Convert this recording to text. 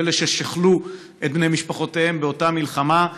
של אלה ששכלו את בני משפחותיהם באותה מלחמה,